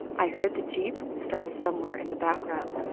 i heard the jeep start somewhere in the background.